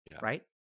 Right